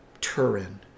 Turin